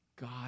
God